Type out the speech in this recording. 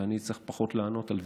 ואני אצטרך פחות לענות על דברים,